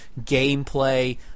gameplay